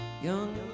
Young